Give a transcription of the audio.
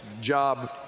job